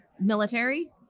military